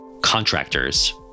contractors